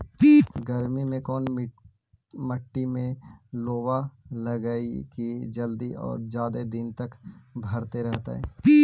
गर्मी में कोन मट्टी में लोबा लगियै कि जल्दी और जादे दिन तक भरतै रहतै?